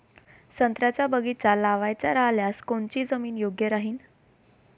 संत्र्याचा बगीचा लावायचा रायल्यास कोनची जमीन योग्य राहीन?